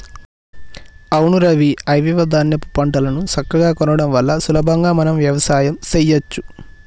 అవును రవి ఐవివ ధాన్యాపు పంటలను సక్కగా కొనడం వల్ల సులభంగా మనం వ్యవసాయం సెయ్యచ్చు